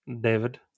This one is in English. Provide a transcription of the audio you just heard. David